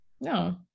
No